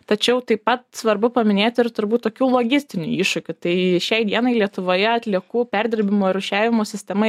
tačiau taip pat svarbu paminėti ir turbūt tokių logistinių iššūkių tai šiai dienai lietuvoje atliekų perdirbimo rūšiavimo sistema